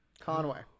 Conway